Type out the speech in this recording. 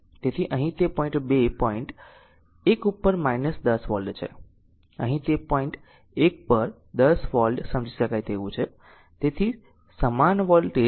તેથી અહીં તે પોઈન્ટ 2 પોઈન્ટ 1 ઉપર 10 વોલ્ટ છે અહીં તે પોઈન્ટ 1 પર 10 વોલ્ટ સમજી શકાય તેવું છે